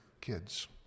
kids